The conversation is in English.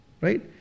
right